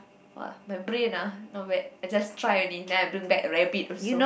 !wah! my brain ah not bad I just try only then I bring back rabbit also